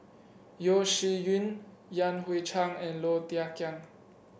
Yeo Shih Yun Yan Hui Chang and Low Thia Khiang